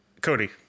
Cody